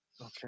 Okay